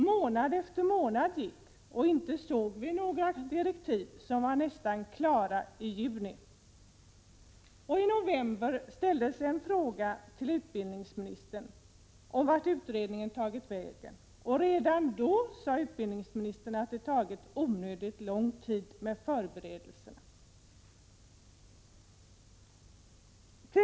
Månad efter månad gick, men inte såg vi några av de direktiv som var ”nästan klara” i juni. I november ställdes en fråga till utbildningsministern om vart utredningen tagit vägen. Utbildningsministern svarade redan vid det tillfället att förberedelserna tagit onödigt lång tid.